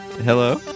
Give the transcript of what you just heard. Hello